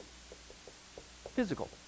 physical